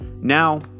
Now